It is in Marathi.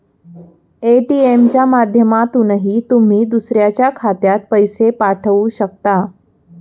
ए.टी.एम च्या माध्यमातूनही तुम्ही दुसऱ्याच्या खात्यात पैसे पाठवू शकता